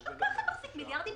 שגם ככה מחזיק מיליארדים,